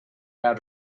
how